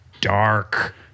dark